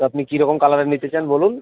আপনি কী রকম কালারের নিতে চান বলুন